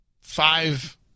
five